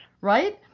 Right